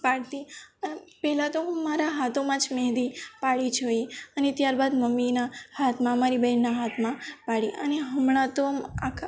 પાડતી પહેલાં તો હું મારા હાથોમાં જ મહેંદી પાડી જોઈ અને ત્યારબાદ મમ્મીના હાથમાં મારી બેનના હાથમાં પાડી અને હમણાં તો આખા